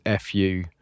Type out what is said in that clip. FU